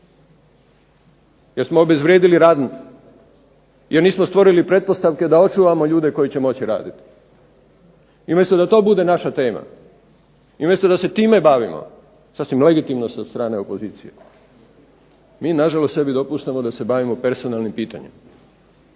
jer smo obezvrijedili rad, jer nismo stvorili pretpostavke da očuvamo ljude koji će moći raditi. I umjesto da to bude naša tema i umjesto da se time bavimo sasvim legitimno od strane opozicije mi na žalost sebi dopuštamo da se bavimo personalnim pitanjem